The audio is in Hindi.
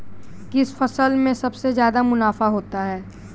किस फसल में सबसे जादा मुनाफा होता है?